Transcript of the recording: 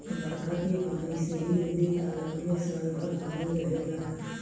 बरखा के पानी से ही नदी तालाब में साल भर पानी रहेला